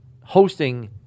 hosting